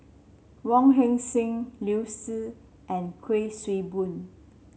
Wong Heck Sing Liu Si and Kuik Swee Boon